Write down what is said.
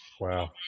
Wow